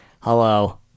Hello